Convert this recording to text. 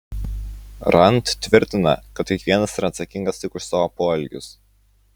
rand tvirtina kad kiekvienas yra atsakingas tik už savo poelgius